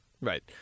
right